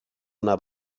una